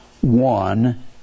one